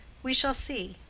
we shall see.